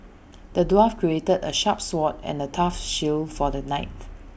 the dwarf crafted A sharp sword and A tough shield for the knight